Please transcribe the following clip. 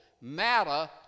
matter